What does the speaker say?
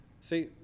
See